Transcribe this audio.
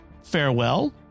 Farewell